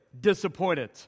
disappointed